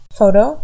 photo